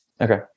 Okay